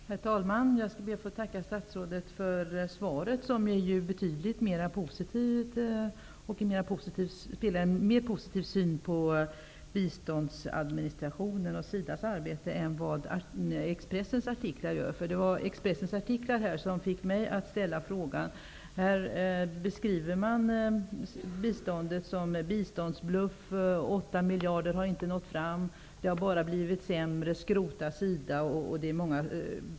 Herr talman! Jag skall be att få tacka statsrådet för svaret, som visar en mer positiv syn på biståndsadministrationen och SIDA:s arbete än Expressens artiklar. Det var Expressens artiklar som fick mig att ställa frågan. I Expressen beskrivs biståndet som en bluff. 8 miljarder kronor skall inte har nått fram. Det skall bara ha blivit sämre och SIDA skall skrotas.